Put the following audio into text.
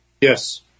Yes